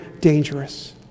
dangerous